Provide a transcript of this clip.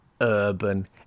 urban